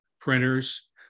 printers